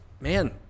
man